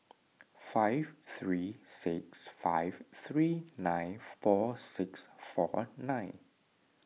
five three six five three nine four six four nine